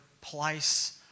place